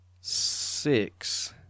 six